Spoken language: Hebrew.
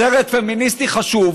סרט פמיניסטי חשוב.